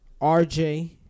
RJ